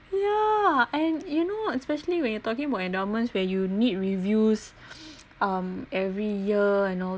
yeah and you know especially when you're talking about endowments when you need reviews um every year you know